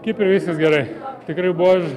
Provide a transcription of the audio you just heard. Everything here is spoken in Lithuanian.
kaip ir viskas gerai tikrai buvo